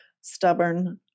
stubborn